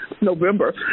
November